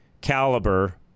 caliber